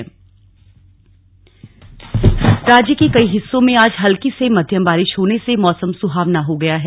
मौसम राज्य के कई हिस्सों में आज हल्की से मध्यम बारिश होने से मौसम सुहावना हो गया है